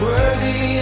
Worthy